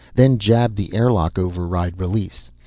then jabbed the air-lock override release.